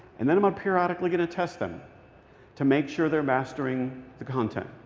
and then i'm periodically going to test them to make sure they're mastering the content.